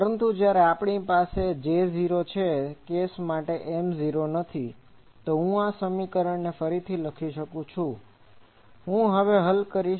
પરંતુ જ્યારે આપણી પાસે જે J 0 છે તે કેસ માટે M 0 નથી તો હું આ સમીકરણ ફરીથી લખી શકું છું જે હું હવે હલ કરીશ